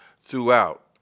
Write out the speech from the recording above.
throughout